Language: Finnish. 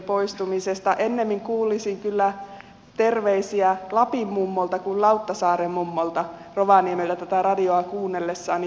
ennemmin kuulisin kyllä terveisiä lapin mummolta kuin lauttasaaren mummolta rovaniemellä tätä radiota kuunnellessani